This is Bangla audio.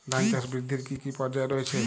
ধান চাষ বৃদ্ধির কী কী পর্যায় রয়েছে?